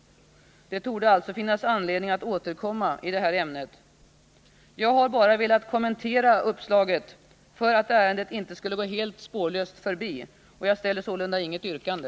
Det torde alltså finnas anledning att återkomma i detta ämne. Jag har bara velat kommentera uppslaget för att ärendet inte skulle gå helt spårlöst förbi, och jag ställer sålunda inget yrkande.